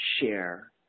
share